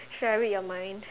should I read your mind